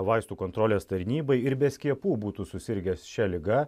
vaistų kontrolės tarnybai ir be skiepų būtų susirgę šia liga